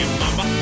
mama